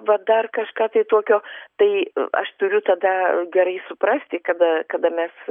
va dar kažką tai tokio tai aš turiu tada gerai suprasti kada kada mes